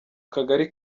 kagari